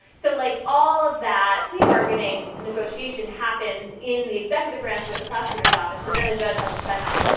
so like all of that plea bargaining negotiation happens in the executive branch with the prosecutor's office. but then a judge has to sign off.